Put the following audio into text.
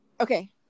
Okay